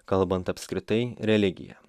kalbant apskritai religija